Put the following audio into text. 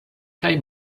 kaj